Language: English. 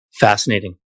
Fascinating